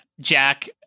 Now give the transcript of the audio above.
jack